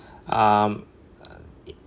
um